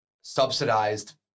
subsidized